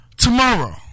Tomorrow